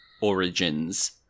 Origins